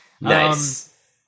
Nice